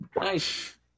Nice